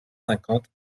cinquante